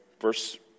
Verse